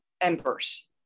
embers